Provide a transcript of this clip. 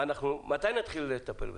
מתי נתחיל לטפל בזה?